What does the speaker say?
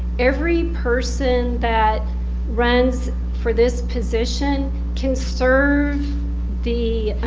every person that runs for this position can serve the,